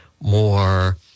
more